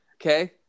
Okay